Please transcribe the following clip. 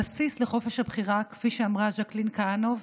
הבסיס לחופש הבחירה, כפי שאמרה ז'קלין כהנוב,